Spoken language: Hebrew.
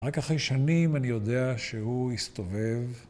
רק אחרי שנים אני יודע שהוא הסתובב.